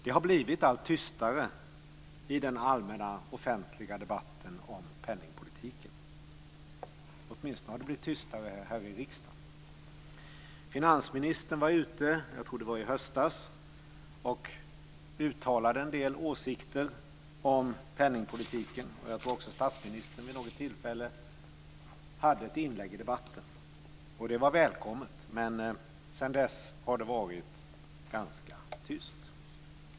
Det har blivit allt tystare i den allmänna offentliga debatten om penningpolitiken. Åtminstone har det blivit tystare här i riksdagen. Finansministern var ute i höstas, tror jag, och uttalade en del åsikter om penningpolitiken. Jag tror också att statsministern hade ett inlägg i debatten vid något tillfälle. Det var välkommet, men sedan dess har det varit ganska tyst.